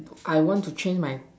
I want to change my